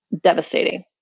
devastating